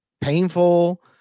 painful